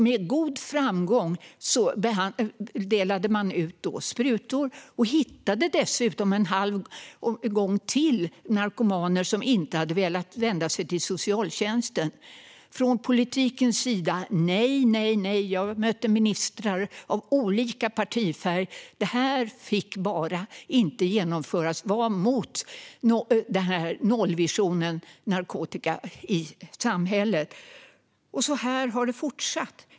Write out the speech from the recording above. Med god framgång delade man ut sprutor och hittade dessutom ytterligare en grupp narkomaner, som inte hade velat vända sig till socialtjänsten. Från politikens sida lät det "nej, nej, nej". Jag mötte ministrar av olika partifärg, och detta fick bara inte genomföras. Det var emot nollvisionen gällande narkotika i samhället. Så här har det fortsatt.